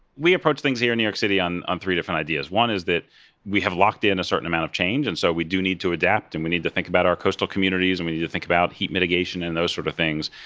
we approach things here new york city on on three different ideas. one is that we have locked in a certain amount of change, and so we do need to adapt and we need to think about our coastal communities and we need to think about heat mitigation and those sort of things.